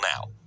now